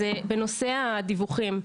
בנושא הדיווחים.